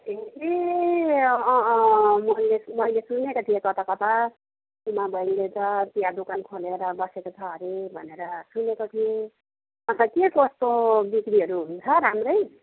ए अँ अँ मैले सुनेको थिएँ कता कता उमा बहिनीले त चिया दोकान खोलेर बसेको छ अरे भनेर सुनेको थिएँ अन्त के कस्तो बिक्रीहरू हुन्छ राम्रै